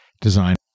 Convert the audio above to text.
design